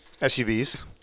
SUVs